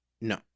No